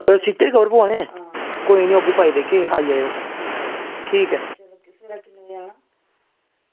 ओह् सीटें ई कवर पोआनै कोई निं औगे ते पाई देगे आई जायो ठीक ऐ